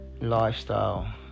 Lifestyle